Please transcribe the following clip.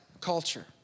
culture